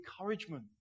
encouragement